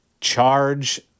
charge